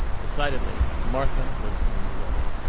decidedly martha was in the way.